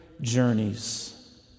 journeys